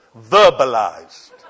verbalized